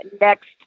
next